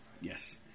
Yes